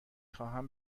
خواهم